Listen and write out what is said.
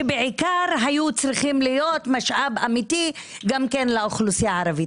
שבעיקר היו צריכים להיות משאב אמיתי גם כן לאוכלוסייה הערבית.